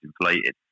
inflated